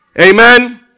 amen